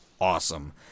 awesome